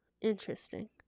interesting